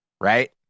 right